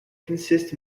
consist